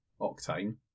octane